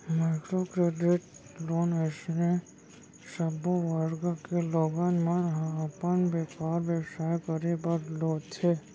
micro credit loan अइसे सब्बो वर्ग के लोगन मन ह अपन बेपार बेवसाय करे बर लेथे